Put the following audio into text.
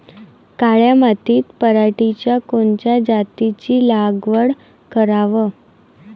काळ्या मातीत पराटीच्या कोनच्या जातीची लागवड कराव?